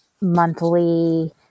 monthly